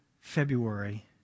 February